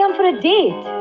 um for a date.